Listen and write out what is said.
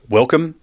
Welcome